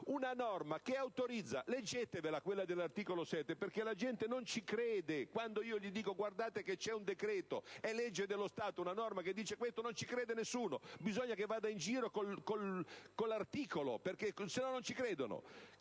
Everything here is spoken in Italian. una norma che autorizza (leggete quella dell'articolo 7, perché la gente non ci crede; quando dico che c'è un decreto, una legge dello Stato, una norma che dice questo, non ci crede nessuno: bisogna che vada in giro con l'articolo, altrimenti non ci credono)